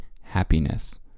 Happiness